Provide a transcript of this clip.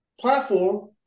platform